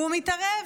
הוא מתערב.